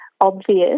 obvious